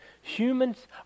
Humans